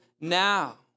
now